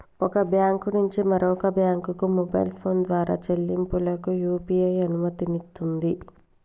ఒక బ్యాంకు నుంచి మరొక బ్యాంకుకు మొబైల్ ఫోన్ ద్వారా చెల్లింపులకు యూ.పీ.ఐ అనుమతినిస్తుంది